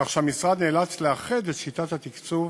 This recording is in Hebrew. כך שהמשרד נאלץ לאחד את שיטת התקצוב